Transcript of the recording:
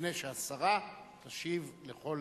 לפני שהשרה תשיב לכל